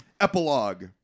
Epilogue